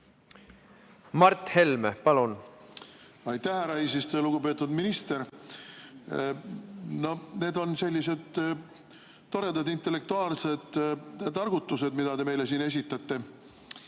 Mart Helme, palun! Aitäh, härra eesistuja! Lugupeetud minister! No need on sellised toredad intellektuaalsed targutused, mida te meile siin esitate.